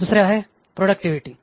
दुसरे आहे प्रॉडक्टिव्हिटी